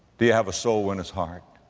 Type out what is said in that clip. do you have a soul-winner's heart?